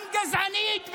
גם גזענית,